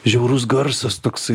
žiaurus garsas toksai